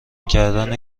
کردن